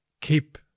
keep